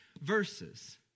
verses